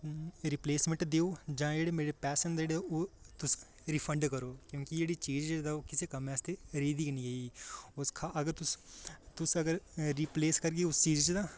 replacement देओ ते जां जेह्ड़े मेरे पैसे होंदे रिफंड करो की के जेह्ड़ी चीज़ ही ओह् मेरे किसै कम्मै आस्तै रेही दी निं ऐ तुस अगर रिप्लेस करगे उस चीज़ गी तां